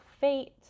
fate